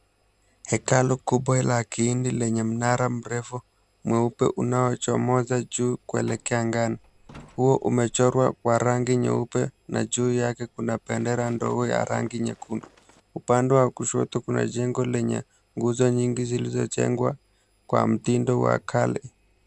Hekalu kubwa la kihindi lenye mnara mrefu mweupe unaochomoza juu kuelekea angani. Huu umechorwa kwa rangi nyeupe na juu yake kuna bendera ndogo ya rangi nyekundu. Upande wa kushoto kuna jengo lenye nguzo nyingi zilizojengwa kwa mtindo wa kale.